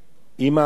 אמא אחת,